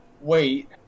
wait